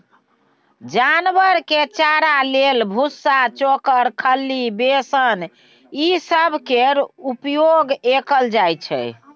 जानवर के चारा लेल भुस्सा, चोकर, खल्ली, बेसन ई सब केर उपयोग कएल जाइ छै